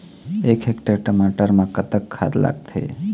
एक हेक्टेयर टमाटर म कतक खाद लागथे?